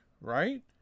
Right